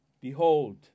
Behold